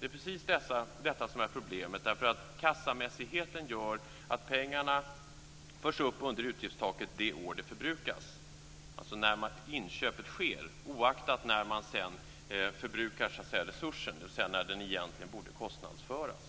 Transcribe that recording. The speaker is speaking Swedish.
Det är precis detta som är problemet, därför att kassamässigheten gör att pengarna förs upp under utgiftstaket det år som de förbrukas, alltså när inköpet sker oaktat när man sedan förbrukar så att säga resurserna, dvs. när det egentligen borde kostnadsföras.